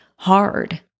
Hard